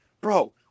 bro